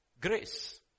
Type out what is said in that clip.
Grace